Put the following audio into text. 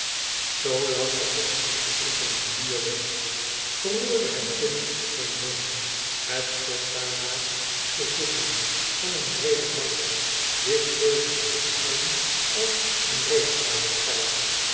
zoolang de godsdienstoefening duurde verroerde het kind geen vin het stond daar maar op de zitting van een breede bank dicht tegen den hoek aan als een